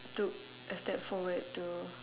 took a step forward to